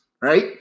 right